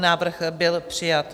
Návrh byl přijat.